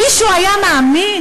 מישהו היה מאמין?